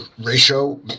ratio